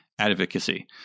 advocacy